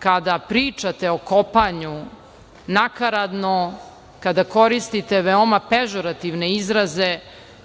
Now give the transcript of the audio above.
kada pričate o kopanju nakaradno, kada koristite veoma pežurativne izraze